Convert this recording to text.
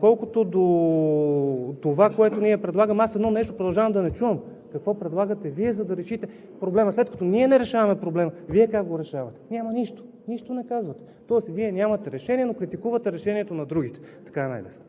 Колкото до това, което ние предлагаме, аз едно нещо продължавам да не чувам – какво предлагате Вие, за да решите проблема. След като ние не решаваме проблема, Вие как го решавате. Няма нищо. Нищо не казвате. Тоест Вие нямате решение, но критикувате решението на другите. Така е най-лесно.